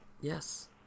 Yes